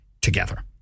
together